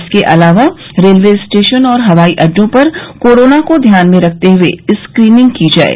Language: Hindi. इसके अलावा रेलवे स्टेशन और हवाई अड्डों पर कोरोना को ध्यान में रखते हुए स्क्रीनिंग की जाये